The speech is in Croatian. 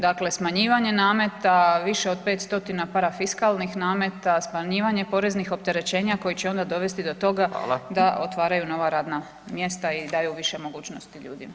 Dakle smanjivanje nameta, više od 5 stotina parafiskalnih nameta, smanjivanje poreznih opterećenja koje će onda dovesti do toga [[Upadica: Hvala.]] da otvaraju nova radna mjesta i daju više mogućnosti ljudima.